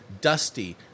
dusty